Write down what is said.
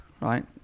right